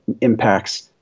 impacts